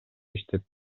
иштеп